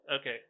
okay